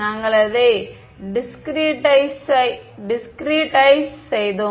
நாங்கள் அதை டிஸ்கரேட்டைஸ் செய்தோம்